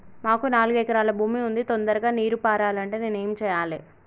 మాకు నాలుగు ఎకరాల భూమి ఉంది, తొందరగా నీరు పారాలంటే నేను ఏం చెయ్యాలే?